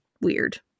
weird